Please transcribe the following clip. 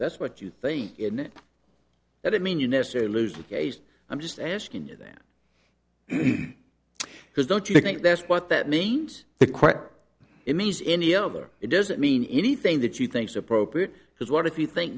that's what you think it that would mean you necessarily lose the case i'm just asking you that because don't you think that's what that means the court it means any other it doesn't mean anything that you thinks appropriate because what if you think